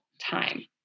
time